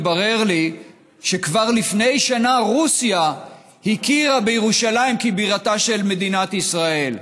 התברר לי שכבר לפני שנה רוסיה הכירה בירושלים כבירתה של מדינת ישראל.